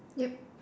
yup